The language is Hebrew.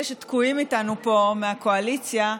אלה שתקועים איתנו כאן מהקואליציה: